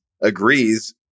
agrees